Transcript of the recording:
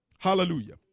Hallelujah